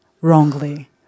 wrongly